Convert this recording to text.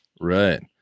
Right